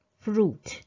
fruit